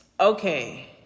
Okay